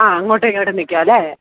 ആ അങ്ങോട്ടും ഇങ്ങോട്ടും നില്ക്കാമല്ലേ